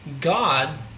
God